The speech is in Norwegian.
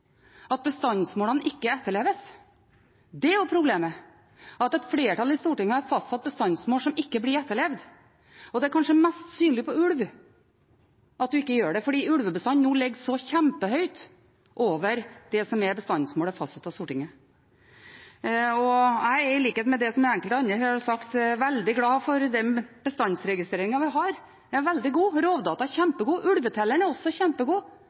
at bestandsmålene ikke etterleves, det er problemet – at et flertall i Stortinget har fastsatt bestandsmål som ikke blir etterlevd. Det er kanskje mest synlig for ulv at man ikke gjør det, fordi ulvebestanden nå ligger så kjempehøyt over bestandsmålet som er fastsatt av Stortinget. Jeg er, i likhet med enkelte andre her, etter det de har sagt, veldig glad for den bestandsregistreringen vi har. Den er veldig god. Rovdata er kjempegode. Ulvetelleren er også kjempegod.